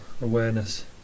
awareness